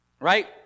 Right